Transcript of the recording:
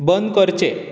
बंद करचें